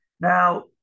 Now